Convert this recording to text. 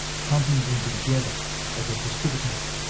clumping them together as a precipitate.